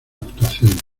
actuación